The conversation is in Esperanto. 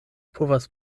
povas